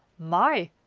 my!